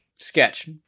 Sketch